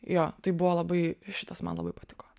jo tai buvo labai šitas man labai patiko